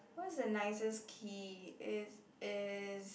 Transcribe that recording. what's the nicest key it is